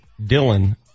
Dylan